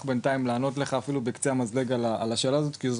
בינתיים לענות לך אפילו על קצה המזלג על השאלה שלך כי זו